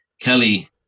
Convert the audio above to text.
Kelly